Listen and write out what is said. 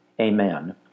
Amen